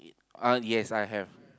yeah yes I have